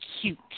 cute